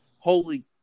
Holy